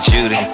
Judy